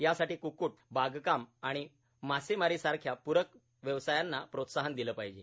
यासाठी क्क्क्ट बागकाम आणि मासेमारीसारख्या प्रक व्यवसायांना प्रोत्साहन दिले पाहिजे